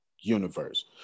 universe